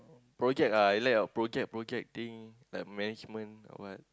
project ah like your project project thing like management or what